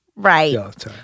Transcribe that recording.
Right